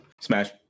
smash